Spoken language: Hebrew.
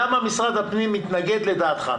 למה משרד הפנים מתנגד לדעתך?